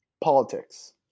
politics